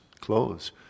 clothes